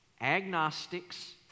agnostics